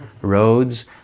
Roads